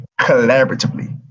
collaboratively